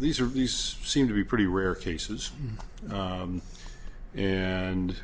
these are these seem to be pretty rare cases and